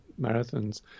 marathons